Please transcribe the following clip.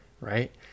right